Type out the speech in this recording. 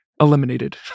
eliminated